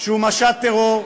שהוא משט טרור,